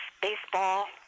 baseball